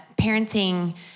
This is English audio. parenting